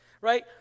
right